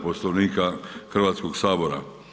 Poslovnika HS.